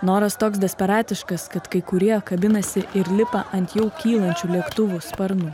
noras toks desperatiškas kad kai kurie kabinasi ir lipa ant jau kylančių lėktuvų sparnų